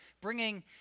bringing